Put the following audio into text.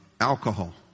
alcohol